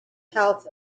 health